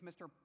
Mr